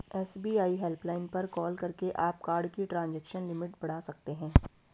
SBI helpline पर call करके आप कार्ड की ट्रांजैक्शन लिमिट बढ़ा सकते हैं